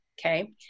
Okay